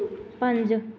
ਪੰਜ